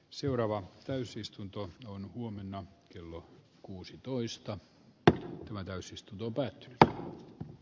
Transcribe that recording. seuraava täysistunto on huomenna kello kuusitoista ja täysistunto päättyy kotimaassa